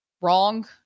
wrong